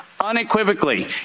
unequivocally